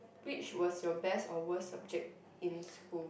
which was your best or worst subject in school